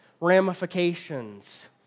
ramifications